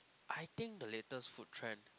I think the latest food trend